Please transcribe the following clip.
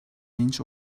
inch